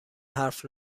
حرف